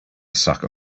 sucker